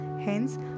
Hence